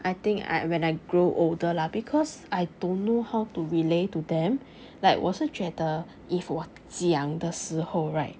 I think I when I grow older lah because I don't know how to relay to them like 我是觉得 if 我讲的时候 right